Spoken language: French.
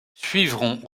suivront